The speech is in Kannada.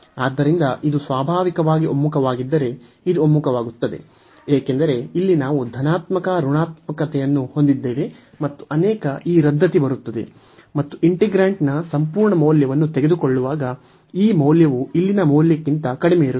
ಆದ್ದರಿಂದ ಇದು ಸ್ವಾಭಾವಿಕವಾಗಿ ಒಮ್ಮುಖವಾಗಿದ್ದರೆ ಇದು ಒಮ್ಮುಖವಾಗುತ್ತದೆ ಏಕೆಂದರೆ ಇಲ್ಲಿ ನಾವು ಧನಾತ್ಮಕ ಋಣಾತ್ಮಕತೆಯನ್ನು ಹೊಂದಿದ್ದೇವೆ ಮತ್ತು ಅನೇಕ ಈ ರದ್ದತಿ ಬರುತ್ತದೆ ಮತ್ತು ಇಂಟಿಗ್ರೇಂಟ್ ನ ಸಂಪೂರ್ಣ ಮೌಲ್ಯವನ್ನು ತೆಗೆದುಕೊಳ್ಳುವಾಗ ಈ ಮೌಲ್ಯವು ಇಲ್ಲಿನ ಮೌಲ್ಯಕ್ಕಿಂತ ಕಡಿಮೆಯಿರುತ್ತದೆ